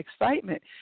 excitement